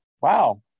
wow